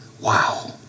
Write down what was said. Wow